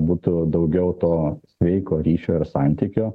būtų daugiau to sveiko ryšio ir santykio